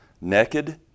naked